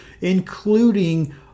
including